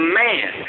man